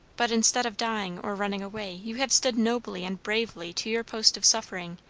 but instead of dying or running away, you have stood nobly and bravely to your post of suffering.